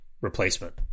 replacement